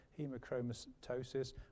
hemochromatosis